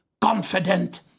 confident